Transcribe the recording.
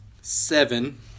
seven